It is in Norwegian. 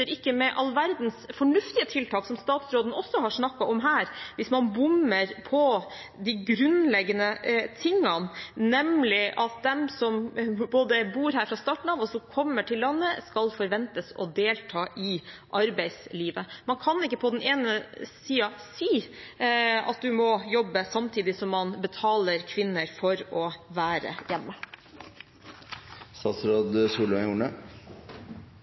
ikke med all verdens fornuftige tiltak, som statsråden også har snakket om her, hvis man bommer på de grunnleggende tingene, nemlig at både de som bor her fra starten av, og de som kommer til landet, skal forventes å delta i arbeidslivet. Man kan ikke på den ene siden si at du må jobbe, samtidig som man betaler kvinner for å være hjemme.